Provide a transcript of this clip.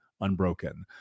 unbroken